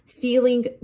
feeling